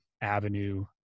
Avenue